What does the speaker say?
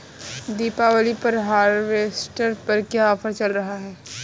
दीपावली पर हार्वेस्टर पर क्या ऑफर चल रहा है?